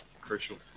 Crucial